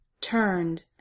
turned